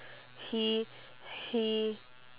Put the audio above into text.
he he